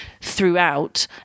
throughout